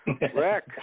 Wreck